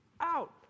out